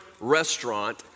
restaurant